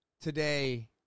today